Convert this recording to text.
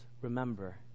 remember